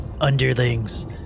underlings